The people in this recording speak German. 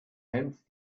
hemmt